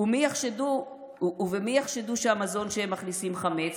ובמי יחשדו שהמזון שהם מכניסים חמץ?